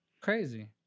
Crazy